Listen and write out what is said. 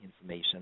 information